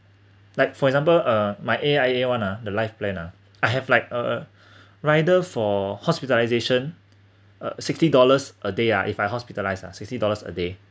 like for example uh my A_I_A [one] ha the life plan ha I have like a rider for hospitalization uh sixty dollars a day ah if I hospitalized ah sixty dollars a day